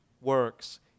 works